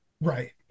right